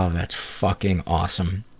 um that's fucking awesome.